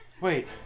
Wait